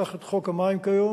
קח את חוק המים כיום,